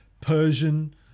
Persian